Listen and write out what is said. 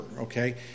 okay